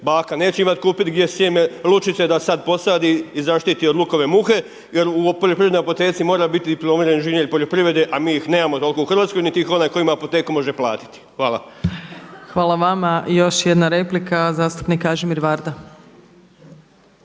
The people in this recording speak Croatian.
baka neće imati kupiti gdje sjeme lučice da sada posadi i zaštiti od lukove muhe jer u poljoprivrednoj apoteci mora biti dipl.ing. poljoprivrede, a mi ih nemamo toliko u Hrvatskoj niti ih onaj tko ima apoteku može platiti. Hvala. **Opačić, Milanka (SDP)** Hvala vama. Još jedna replika, zastupnik Kažimir Varda.